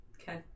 Okay